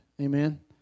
Amen